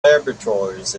laboratories